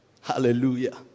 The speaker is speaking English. Hallelujah